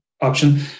Option